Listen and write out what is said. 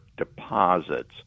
deposits